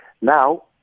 Now